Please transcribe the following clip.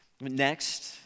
Next